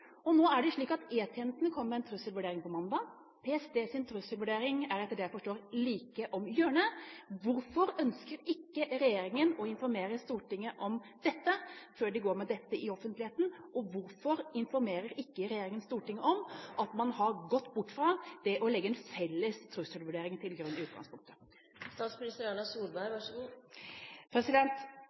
Nå er det slik at E-tjenesten kommer med en trusselvurdering på mandag. PSTs trusselvurdering er – etter det jeg forstår – like om hjørnet. Mitt andre spørsmål er: Hvorfor ønsker ikke regjeringa å informere Stortinget om dette før de går ut med dette til offentligheten, og hvorfor informerer ikke regjeringa Stortinget om at man har gått bort fra det å legge en felles trusselvurdering til grunn i utgangspunktet?